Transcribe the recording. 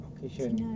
occasion